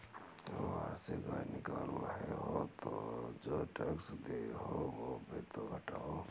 वार्षिक आय निकाल रहे हो तो जो टैक्स दिए हैं वो भी तो घटाओ